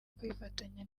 kwifatanya